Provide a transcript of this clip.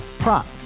Prop